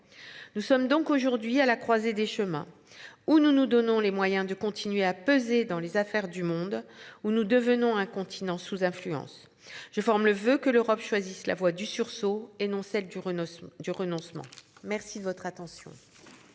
Nous sommes donc aujourd'hui à la croisée des chemins où nous nous donnons les moyens de continuer à peser dans les affaires du monde où nous devenons un continent sous influence. Je forme le voeu que l'Europe choisissent la voie du sursaut et non celle du Renaud du renoncement. Merci de votre attention.